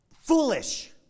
foolish